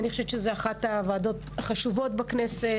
אני חושבת שזאת אחת הוועדות החשובות בכנסת.